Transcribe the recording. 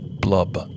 Blub